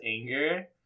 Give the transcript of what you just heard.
anger